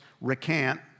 recant